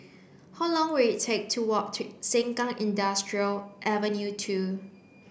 how long will it take to walk to Sengkang Industrial Avenue two